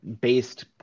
based